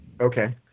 Okay